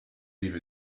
leave